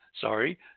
sorry